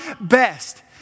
best